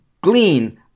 glean